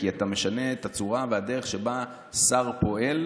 כי אתה משנה את הצורה והדרך שבה שר פועל